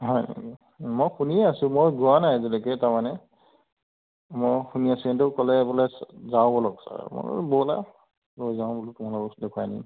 হয় মই শুনিয়ে আছোঁ মই যোৱা নাই আজিলৈকে তাৰমানে মই শুনি আছোঁ সিহঁতেও ক'লে বোলে যাওঁ ব'লক ছাৰ মই বোলো ব'লা লৈ যাওঁ বোলো তোমালোকক দেখুৱাই আনিম